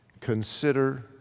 Consider